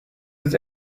was